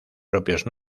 propios